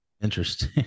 Interesting